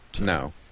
No